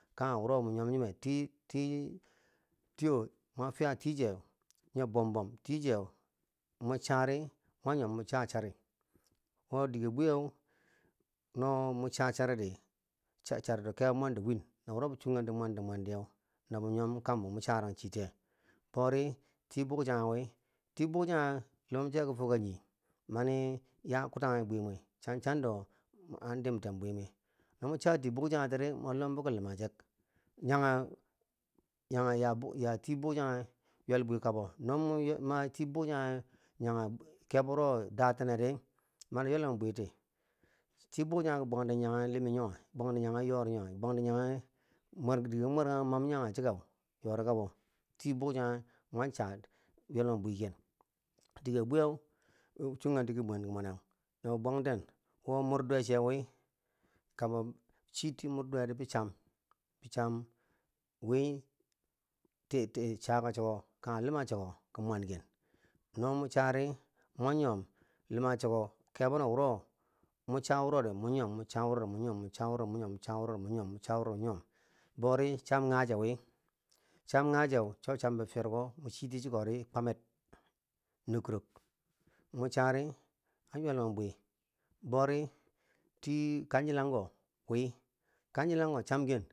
Kange wuro mwo nyimam nyime ti- ti- tiyo mwo fiya ti che yo bombom. ti che mwo chari mwan nyiman mwo chari, to dike bwiyeu no mwo chachori di charito kebo mwan do win, na wuro bi chum kanung mwanti mwantiye na mwe yankambo mwo charanchetiyeu, boro ri ti bwughage chan nyeu wi, ti bwochange, lom che ka fo ka nyi mani ya kutange bwi muwe cham chondo an dimten bwi mwe no mwo chati bwo channye tiri mwo nuwa foki luma chke yannyeu, yannyeu ya bwo ti bwo chonnyeu yel bwikabo no mun ma ti bwo channye yam nye kebo wuro dateneri mami mwo lan buti, ti bwo channye ki bwan ten yamnge limi nyo, ki bwanten yannye limi nye, ki bwanten dike mwa mwarang chekeu mwo man yannye chiker yori kabo, ti bwa channye mwancha yal mwen bwi ken, dike bwiyeu chunkanchi ki mwanki mwanne na bi bwanten mudduwe cheu wi kambo chi ti mudduweri kambo chiti mudduweri bi chan kambo bi chammeri wi toitoi, chaka cheko kane luma cheko, ki mwenken no mwo chari mwon nyimom, luma cheko kebo na wuro no mwo chari mwan nyomom, mwo chari mwan nyomom mwo chari mwan nyomom no mwo char wuriri char wuri nyiman char wuri hyim an char wuro ri nyimam, cha wurori nyi mam, cha wutori nyi mom bari chan gyache wi chamcham gyacheu cho cham fiyerko, chiti chikori kwamer no kirok, mwom chari an yelmwen bwi bero ti kachelamko wi kachilanko chamken.